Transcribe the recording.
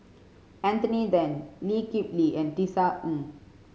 Anthony Then Lee Kip Lee and Tisa Ng